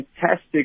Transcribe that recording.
fantastic